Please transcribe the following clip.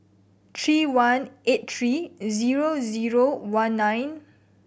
three one eight three zero zero one nine